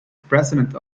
president